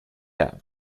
out